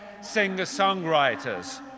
singer-songwriters